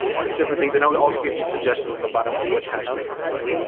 just different things. and i'll also give you suggestions on the bottom of which hashtags to put.